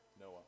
Noah